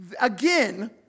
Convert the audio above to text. Again